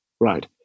right